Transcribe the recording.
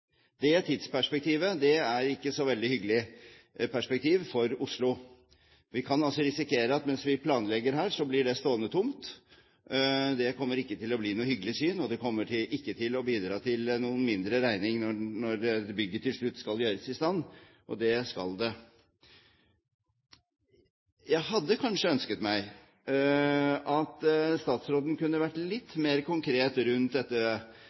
Det tidsperspektivet er ikke et så veldig hyggelig perspektiv for Oslo. Vi kan risikere at mens vi planlegger her, blir det stående tomt. Det kommer ikke til å bli noe hyggelig syn, og det kommer ikke til å bidra til en mindre regning når bygget til slutt skal gjøres i stand – og det skal det. Jeg hadde kanskje ønsket meg at statsråden kunne vært litt mer konkret rundt dette spørsmålet om tidsperspektivet. Det